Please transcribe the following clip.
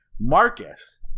Marcus